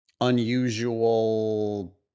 unusual